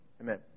Amen